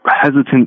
hesitant